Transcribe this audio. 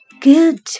Good